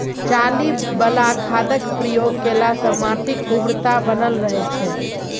चाली बला खादक प्रयोग केलासँ माटिक उर्वरता बनल रहय छै